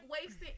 wasting